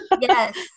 Yes